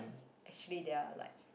actually they're like